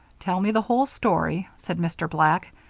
tell me the whole story, said mr. black.